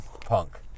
punk